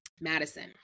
Madison